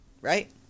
Right